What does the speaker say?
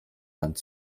land